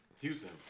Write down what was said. Houston